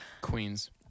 Queens